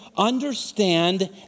Understand